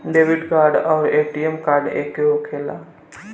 Debit card आउर ATM card एके होखेला?